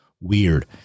weird